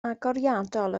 agoriadol